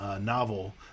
novel